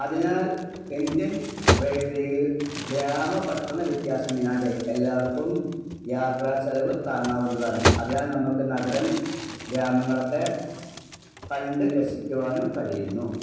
അതിനാൽ ഇന്ത്യൻ റെയിൽവേയിൽ ഗ്രാമ പട്ടണ വ്യത്യാസം ഇല്ലാണ്ട് എല്ലാവർക്കും യാത്രാച്ചിലവ് താങ്ങാവുന്നതാണ് അതിനാൽ നമുക്കു നഗരം ഗ്രാമങ്ങളൊക്കെ കണ്ടു രസിക്കുവാനും കഴിയുന്നു